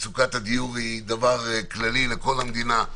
מצוקת הדיור היא דבר כללי לכל המדינה,